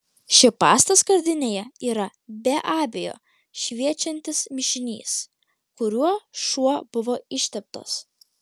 ši pasta skardinėje yra be abejo šviečiantis mišinys kuriuo šuo buvo išteptas